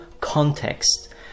context